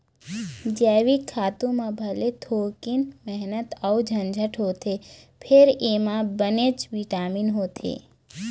जइविक खातू म भले थोकिन मेहनत अउ झंझट होथे फेर एमा बनेच बिटामिन होथे